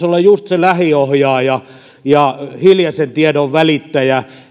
olla just se lähiohjaaja hiljaisen tiedon välittäjä